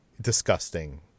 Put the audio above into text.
disgusting